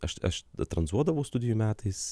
aš aš tranzuodavau studijų metais